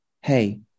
Hey